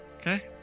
Okay